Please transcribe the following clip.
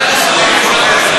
ועדת השרים,